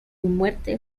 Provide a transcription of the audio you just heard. muerte